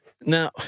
Now